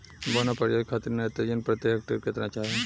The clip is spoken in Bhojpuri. बौना प्रजाति खातिर नेत्रजन प्रति हेक्टेयर केतना चाही?